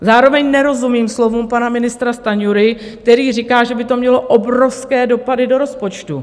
Zároveň nerozumím slovům pana ministra Stanjury, který říká, že by to mělo obrovské dopady do rozpočtu.